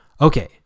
Okay